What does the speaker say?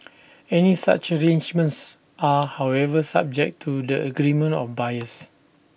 any such arrangements are however subject to the agreement of buyers